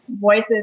voices